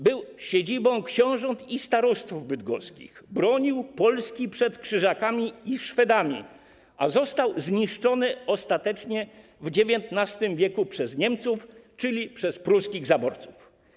Był siedzibą książąt i starostów bydgoskich, jego załoga broniła Polski przed Krzyżakami i Szwedami, a został zniszczony ostatecznie w XIX w. przez Niemców, czyli przez pruskich zaborców.